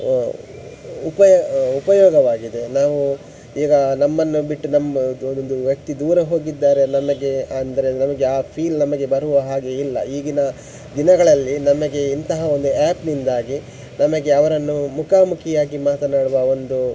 ಉಪಯೋ ಉಪಯೋಗವಾಗಿದೆ ನಾವು ಈಗ ನಮ್ಮನ್ನು ಬಿಟ್ಟು ನಮ್ಮದು ಒಂದು ವ್ಯಕ್ತಿ ದೂರ ಹೋಗಿದ್ದಾರೆ ನನಗೆ ಅಂದರೆ ನಮಗೆ ಆ ಫೀಲ್ ನಮಗೆ ಬರುವ ಹಾಗೆ ಇಲ್ಲ ಈಗಿನ ದಿನಗಳಲ್ಲಿ ನಮಗೆ ಇಂತಹ ಒಂದು ಆ್ಯಪ್ನಿಂದಾಗಿ ನಮಗೆ ಅವರನ್ನು ಮುಖಾಮುಖಿಯಾಗಿ ಮಾತನಾಡುವ ಒಂದು